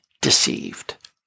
deceived